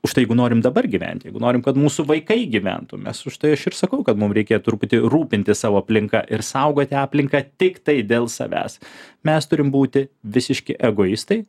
užtai jeigu norim dabar gyventi jeigu norim kad mūsų vaikai gyventų mes už tai aš ir sakau kad mums reikia truputį rūpintis savo aplinka ir saugoti aplinką tiktai dėl savęs mes turim būti visiški egoistai